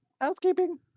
Housekeeping